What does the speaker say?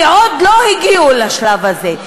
כי עוד לא הגיעו לשלב הזה,